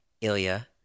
Ilya